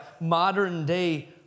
modern-day